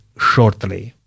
shortly